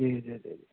ਜੀ ਜੀ ਜੀ